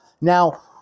Now